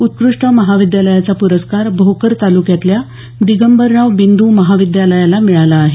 उत्कृष्ट महाविद्यालयाचा पुरस्कार भोकर तालुक्यातल्या दिगंबरराव बिंद् महाविद्यालयाला मिळाला आहे